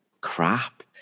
crap